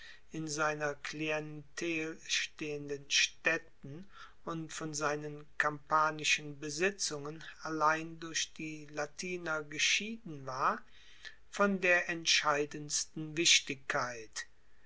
in seiner klientel stehenden staedten und von seinen kampanischen besitzungen allein durch die latiner geschieden war von der entscheidendsten wichtigkeit